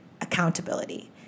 accountability